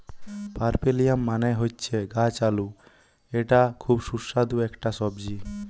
পার্পেলিয়াম মানে হচ্ছে গাছ আলু এটা খুব সুস্বাদু একটা সবজি